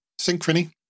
synchrony